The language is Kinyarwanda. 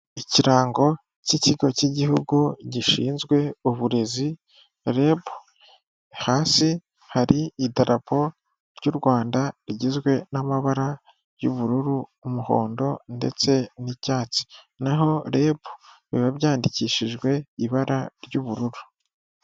Ikirango cy'ikigo cy'igihugu gishinzwe uburezi REB, hasi hari idarapo ry'u Rwanda rigizwe n'amabara y'ubururu, umuhondo ndetse n'icyatsi. Naho REB biba byandikishijwe ibara ry'ubururu.